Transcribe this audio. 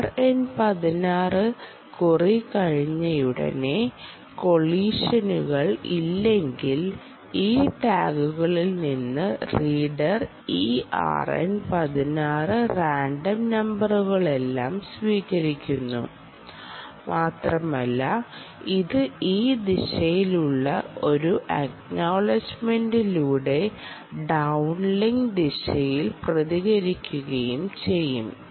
RN16 query കഴിഞ്ഞയുടനെ കൊളിഷനുകൾ ഇല്ലെങ്കിൽ ഈ ടാഗുകളിൽ നിന്ന് റീഡർ ഈ RN16 റാൻഡം നമ്പറുകളെല്ലാം സ്വീകരിക്കുന്നു മാത്രമല്ല ഇത് ഈ ദിശയിലുള്ള ഒരു അക്നോളട്ജ്മെന്റിലൂടെ ഡൌൺലിങ്ക് ദിശയിൽ പ്രതികരിക്കുകയും ചെയ്യും